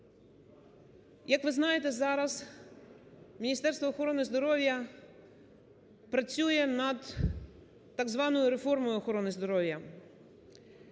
Як ви знаєте, зараз Міністерство охорони здоров'я працює над так званою реформою охорони здоров'я.